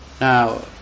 Now